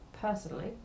personally